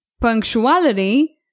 Punctuality